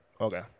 okay